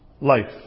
life